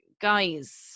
guys